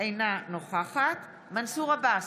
אינה נוכחת מנסור עבאס,